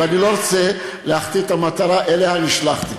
ואני לא רוצה להחטיא את המטרה שלשמה נשלחתי.